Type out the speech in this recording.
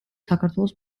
საქართველოს